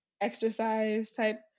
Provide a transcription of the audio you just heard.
exercise-type